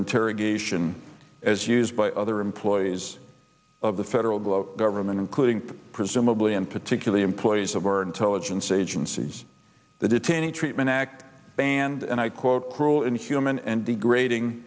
interrogation as used by other employees of the federal blow government including presumably and particularly employees of our intelligence agencies the detaining treatment act band and i quote cruel inhuman and degrading